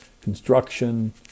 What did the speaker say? construction